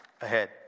ahead